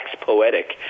poetic